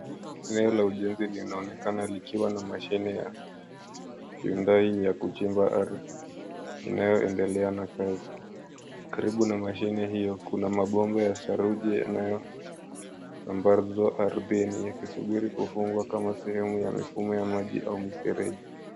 Eneo la ujenzi linaonekana likiwa na mashini ya kundai ya kuchimba ardhi inayoendelea na kazi, karibu na mashini hiyo kuna mabomba ya saruji yanayosambazwa ardhini yakisubiri kufungwa kama mifumo ya maji kwa mfereji.